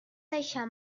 deixar